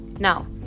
Now